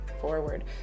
forward